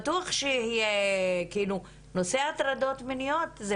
בטוח שיהיה --- נושא הטרדות מיניות זה